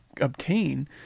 obtain